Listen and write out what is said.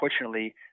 unfortunately